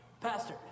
Pastor